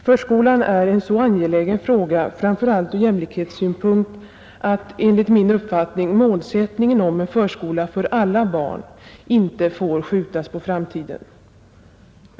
Förskolan är en så angelägen fråga — framför allt ur jämlikhetssynpunkt — att enligt min uppfattning målsättningen med en förskola för alla barn inte får skjutas på framtiden.